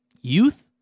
youth